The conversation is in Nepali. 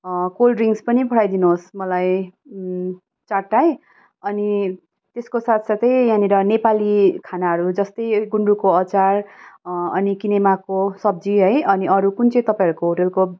कोल्ड ड्रिङ्क्स पनि पठाइदिनु होस् मलाई चारवटै अनि त्यसको साथसाथै यहाँनिर नेपाली खानाहरू जस्तै गुन्द्रुकको अचार अनि किनेमाको सब्जी है अनि अरू कुन चाहिँ तपाईँहरूको होटलको